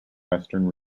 western